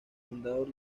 fundador